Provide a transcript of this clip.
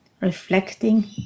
reflecting